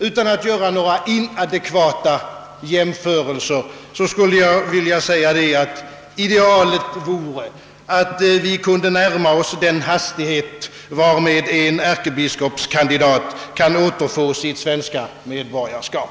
Utan att göra några inadekvata jämförelser skulle jag vilja säga att idealet vore att vi kunde närma oss den hastighet, varmed en ärkebiskopskandidat kan återfå sitt svenska medborgarskap.